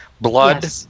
Blood